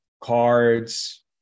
Cards